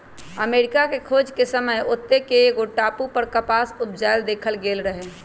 अमरिका के खोज के समय ओत्ते के एगो टापू पर कपास उपजायल देखल गेल रहै